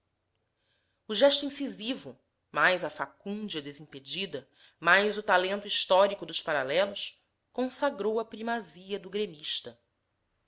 o gesto incisivo mais a facúndia desimpedida mais o talento histórico dos paralelos consagrou a primazia do gremista